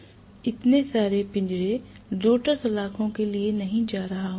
मैं इतने सारे पिंजरे रोटर सलाखों के लिए नहीं जा रहा हूँ